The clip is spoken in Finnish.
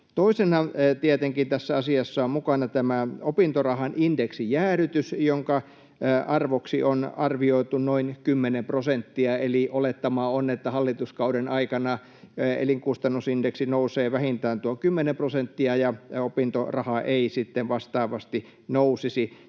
Toisena: Tietenkin tässä asiassa on mukana tämä opintorahan indeksijäädytys, jonka arvoksi on arvioitu noin 10 prosenttia, eli olettama on, että hallituskauden aikana elinkustannusindeksi nousee vähintään tuon 10 prosenttia ja opintoraha ei sitten vastaavasti nousisi